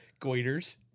goiters